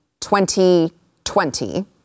2020